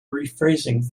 rephrasing